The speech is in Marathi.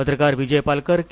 पत्रकार विजय पालकर के